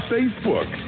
Facebook